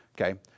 Okay